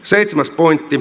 seitsemäs pointti